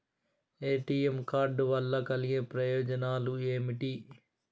ATM card వల్ల కలిగే ప్రయోజనాలు ఏమిటి?